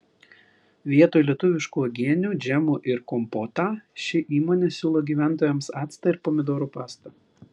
vietoj lietuviškų uogienių džemų ir kompotą ši įmonė siūlo gyventojams actą ir pomidorų pastą